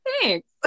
Thanks